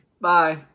Bye